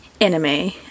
anime